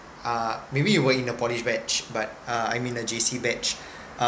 uh maybe you were in the poly batch but uh I'm in the J_C batch